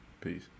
Peace